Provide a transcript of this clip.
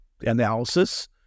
analysis